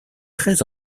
très